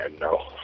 no